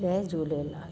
Jay Jhulelal